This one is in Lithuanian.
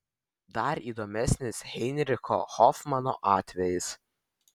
dar įdomesnis heinricho hofmano atvejis